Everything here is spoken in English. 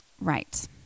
Right